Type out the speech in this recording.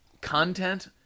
content